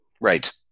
Right